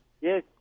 Yes